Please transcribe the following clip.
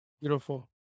Beautiful